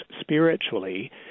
spiritually